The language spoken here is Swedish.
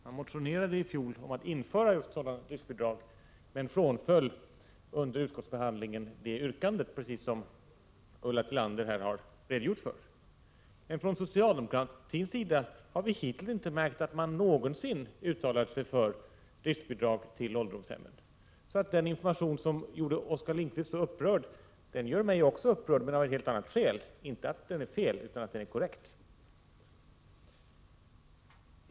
Man motionerade i fjol om att det skulle införas sådana driftbidrag men frånföll under utskottsbehandlingen detta yrkande, precis som Ulla Tillander här redogjorde för. Men vi har hittills inte märkt att man från socialdemokratins sida någonsin uttalat sig för driftbidrag till ålderdomshemmen. Den information som gjorde Oskar Lindkvist så upprörd gör också mig upprörd, men av ett helt annat skäl — inte för att den är felaktig utan för att den är korrekt.